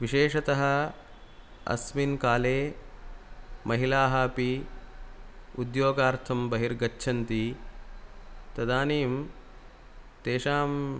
विशेषतः अस्मिन् काले महिलाः अपि उद्योगार्थं बहिर्गच्छन्ति तदानीं तेषां